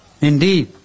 Indeed